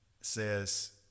says